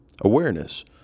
Awareness